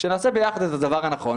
שנעשה ביחד את הדבר הנכון